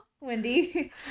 Wendy